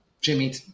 Jimmy